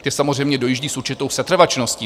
Ty samozřejmě dojíždějí s určitou setrvačností.